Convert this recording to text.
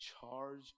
charge